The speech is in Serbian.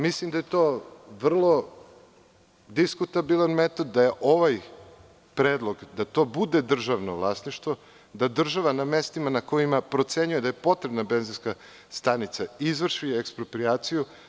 Mislim da je to vrlo diskutabilan metod, da je ovaj predlog, da to bude državno vlasništvo, da država na mestima na kojima procenjuje da je potrebna benzinska stanica izvrši eksproprijaciju.